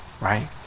right